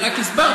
אני רק הסברתי,